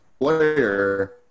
player